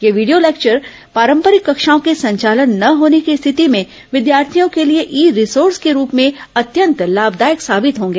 यह video lecture पारंपरिक कक्षाओं के संचालन न होने की स्थिति में विद्यार्थियों के लिए ई रिसोर्स के रूप में अत्यंत लाभदायक साबित होंगे